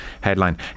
headline